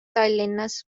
tallinnas